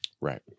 Right